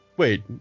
wait